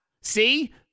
See